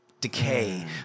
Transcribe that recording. decay